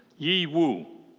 yi whu.